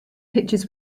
pictures